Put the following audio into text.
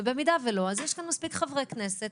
ובמידה ולא יש כאן מספיק חברי כנסת,